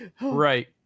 right